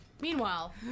Meanwhile